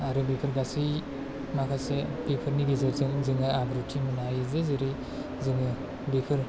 आरो बेफोर गासै माखासे रोखोमनि गेजेरजों जोङो आब्रुथि होनाय जे जेरै जोङो बेफोर